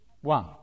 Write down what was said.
one